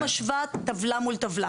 אני פשוט משווה טבלה מול טבלה.